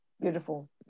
Beautiful